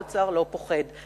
מהממשלה האוצר לא פוחד,